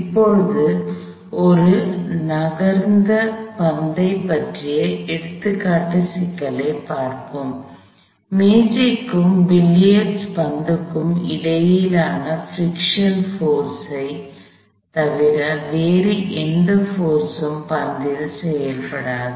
இப்போது ஒரு நகர்ந்த பந்தை பற்றிய எடுத்துக்காட்டு சிக்கலைப் பார்ப்போம் மேசைக்கும் பில்லியர்ட் பந்திற்கும் இடையிலான பிரிக்க்ஷன் போர்ஸ் ஐ friction force உராய்வு விசை தவிர வேறு எந்த போர்ஸ் ம் பந்தில் செயல்படாது